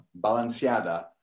balanceada